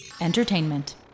Entertainment